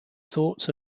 thoughts